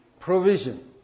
Provision